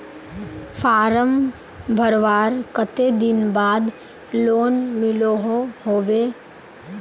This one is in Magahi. फारम भरवार कते दिन बाद लोन मिलोहो होबे?